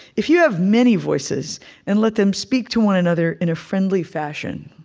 if you have many voices and let them speak to one another in a friendly fashion,